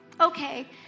Okay